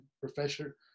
professor